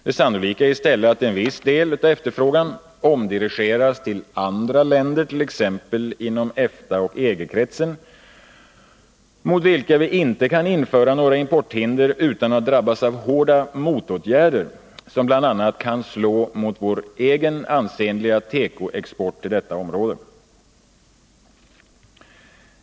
Det sannolika är i stället att en viss del av efterfrågan omdirigeras till andra länder inom t.ex. EFTA eller EG-kretsen, mot vilka vi inte kan införa några importhinder utan att drabbas av hårda motåtgärder, som bl.a. kan slå mot vår egen ansenliga tekoexport till detta område.